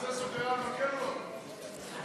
משרד ראש הממשלה, לשנת הכספים